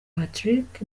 patrick